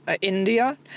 India